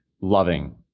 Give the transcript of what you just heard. loving